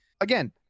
again